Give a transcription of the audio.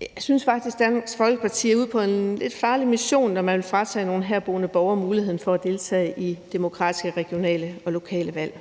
Jeg synes faktisk, Dansk Folkeparti er ude på en lidt farlig mission, når man vil fratage nogle herboende borgere muligheden for at deltage i demokratiske regionale og lokale valg.